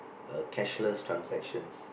uh cashless transactions